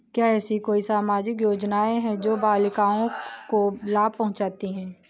क्या ऐसी कोई सामाजिक योजनाएँ हैं जो बालिकाओं को लाभ पहुँचाती हैं?